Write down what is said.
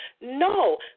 No